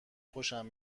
خوشم